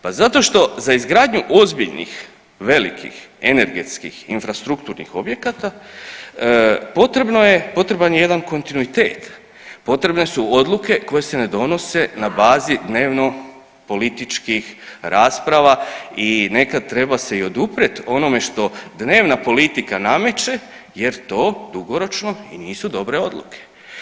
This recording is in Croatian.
Pa zato što za izgradnju ozbiljnih, velikih, energetskih, infrastrukturnih objekata potrebno je, potreban je jedan kontinuitet, potrebne su odluke koje se ne donose na bazi dnevnopolitičkih rasprava i nekad treba se i oduprijet onome što dnevna politika nameće jer to dugoročno i nisu dobre odluke.